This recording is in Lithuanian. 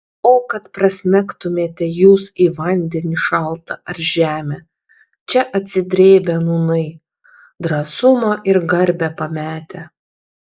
o kad prasmegtumėte jūs į vandenį šaltą ar žemę čia atsidrėbę nūnai drąsumą ir garbę pametę